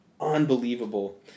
Unbelievable